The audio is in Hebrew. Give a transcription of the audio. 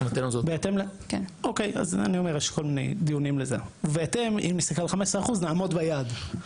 בהתאם, אם נסתכל על 15% נעמוד ביעד.